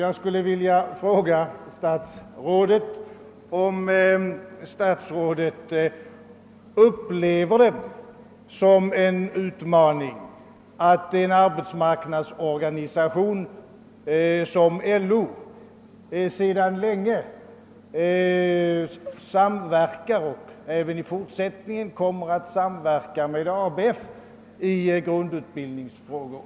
Jag skulle vilja fråga statsrådet om statsrådet upplever det som en utmaning att en arbetsmarknadsorganisation som LO sedan länge samverkar och även i fortsättningen kommer att samverka med ABF i grundutbildningfrågor.